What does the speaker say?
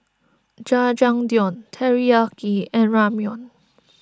Jajangmyeon Teriyaki and Ramyeon